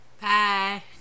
Bye